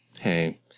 hey